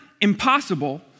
impossible